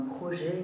projet